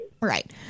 Right